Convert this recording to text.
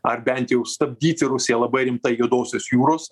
ar bent jau stabdyti rusiją labai rimtai juodosios jūros